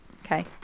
Okay